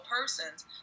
persons